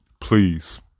Please